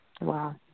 Wow